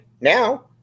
now